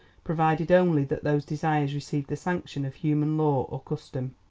provided only that those desires receive the sanction of human law or custom.